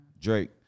Drake